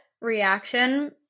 reaction